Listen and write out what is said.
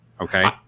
okay